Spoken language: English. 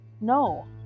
No